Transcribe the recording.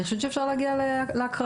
אני חושבת שאפשר להגיע להקראה.